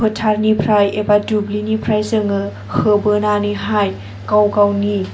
फोथारनिफ्राय एबा दुब्लिनिफ्राय जोङो होबोनानैहाय गाव गावनि